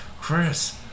Chris